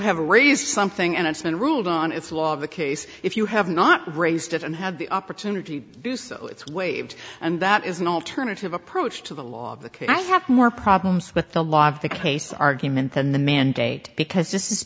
have a raise something and it's been ruled on it's law of the case if you have not raised it and have the opportunity to do so it's waived and that is an alternative approach to the law i have more problems with the law of the case argument than the mandate because this